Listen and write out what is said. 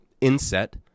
inset